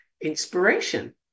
inspiration